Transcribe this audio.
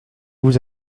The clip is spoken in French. vous